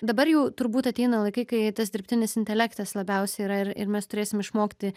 dabar jau turbūt ateina laikai kai tas dirbtinis intelektas labiausiai yra ir ir mes turėsim išmokti